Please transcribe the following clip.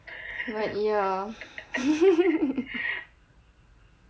but ya